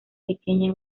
pequeña